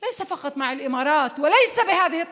לא רק עם האמירויות ולא בדרך הזאת.